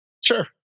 sure